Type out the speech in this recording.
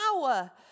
power